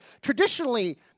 traditionally